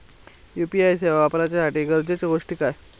UPI सेवा वापराच्यासाठी गरजेचे गोष्टी काय?